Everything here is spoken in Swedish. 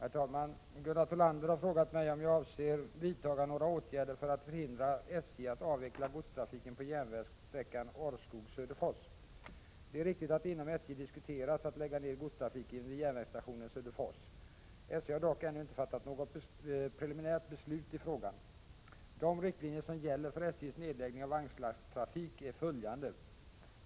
Herr talman! Gunnar Thollander har frågat mig om jag avser vidta några åtgärder för att förhindra SJ att avveckla godstrafiken på järnvägssträckan Orrskog-Söderfors. Det är riktigt att det inom SJ diskuteras att lägga ned godstrafiken vid järnvägsstationen Söderfors. SJ har dock ännu inte fattat något preliminärt beslut i frågan. De riktlinjer som gäller för SJ:s nedläggning av vagnslasttrafik är följande.